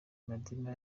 madiba